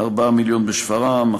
4 מיליון בשפרעם,